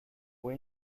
fue